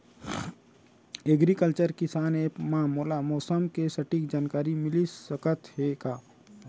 Agriculture किसान app मा मोला मौसम के सटीक जानकारी मिलिस सकत हे का?